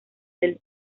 del